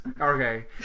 Okay